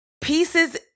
pieces